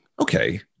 okay